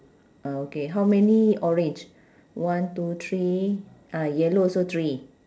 uh okay how many orange one two three ah yellow also three